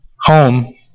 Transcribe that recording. Home